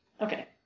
Okay